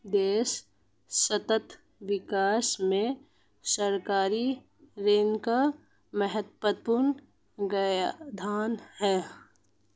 देश सतत विकास में सरकारी ऋण का महत्वपूर्ण योगदान है